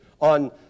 on